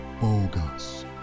bogus